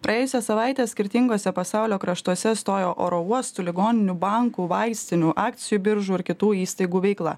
praėjusią savaitę skirtinguose pasaulio kraštuose stojo oro uostų ligoninių bankų vaistinių akcijų biržų ir kitų įstaigų veikla